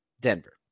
Denver